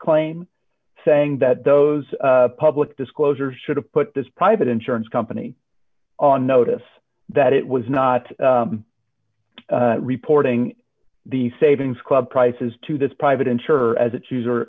claim saying that those public disclosure should have put this private insurance company on notice that it was not reporting the savings club prices to this private insurer as a choose